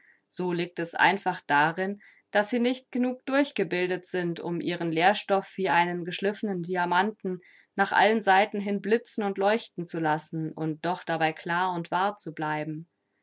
so liegt es einfach darin daß sie nicht genug durchgebildet sind um ihren lehrstoff wie einen geschliffnen diamanten nach allen seiten hin blitzen und leuchten zu lassen und doch dabei klar und wahr zu bleiben